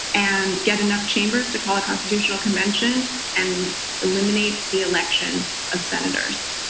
and get enough chambers to call a constitutional convention and eliminate the election of senators.